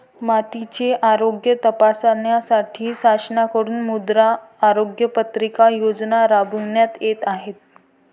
मातीचे आरोग्य तपासण्यासाठी शासनाकडून मृदा आरोग्य पत्रिका योजना राबविण्यात येत आहे